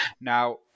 now